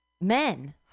men